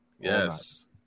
Yes